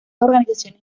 organizaciones